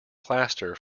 plaster